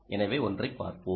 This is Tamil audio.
எனவே ஒன்றைப் பார்ப்போம்